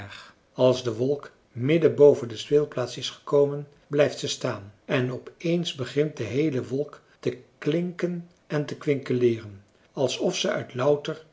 als de wolk midden boven de speelplaats is gekomen blijft ze staan en op eens begint de heele wolk te klinken en te kwinkeleeren alsof ze uit louter